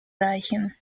reichen